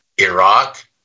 Iraq